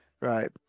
right